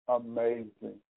amazing